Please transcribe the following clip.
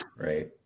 right